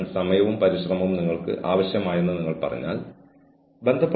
അതിനാൽ പരിശോധനാ ഫലങ്ങളുടെ രഹസ്യസ്വഭാവം പ്രശ്നത്തിന്റെ രഹസ്യസ്വഭാവം എന്തുവിലകൊടുത്തും നിലനിർത്തണം